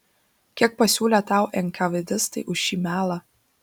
kiek pasiūlė tau enkavėdistai už šį melą